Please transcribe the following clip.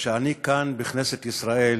שאני כאן, בכנסת ישראל,